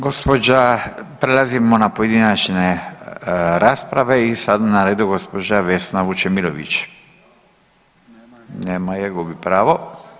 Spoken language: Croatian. Gđa., prelazimo na pojedinačne rasprave i sad je na redu gđa. Vesna Vučemilović, nema je, gubi pravo.